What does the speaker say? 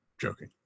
joking